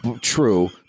True